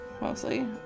mostly